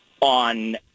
on